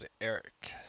Eric